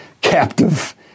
captive